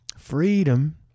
Freedom